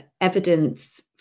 evidence